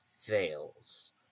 fails